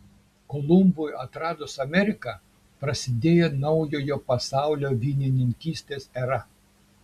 kolumbui atradus ameriką prasidėjo naujojo pasaulio vynininkystės era